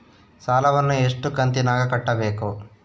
ಸಾಲವನ್ನ ಎಷ್ಟು ಕಂತಿನಾಗ ಕಟ್ಟಬೇಕು?